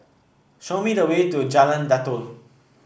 show me the way to Jalan Datoh